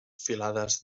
filades